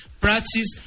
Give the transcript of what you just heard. practice